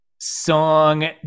song